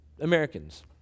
Americans